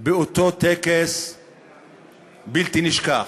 באותו טקס בלתי נשכח.